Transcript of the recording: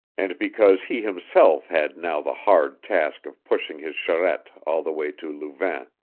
and because he himself had now the hard task of pushing his charette all the way to louvain.